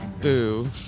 Boo